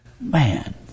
Man